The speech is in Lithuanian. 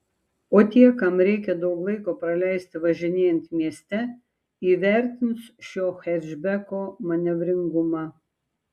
o tie kam reikia daug laiko praleisti važinėjant mieste įvertins šio hečbeko manevringumą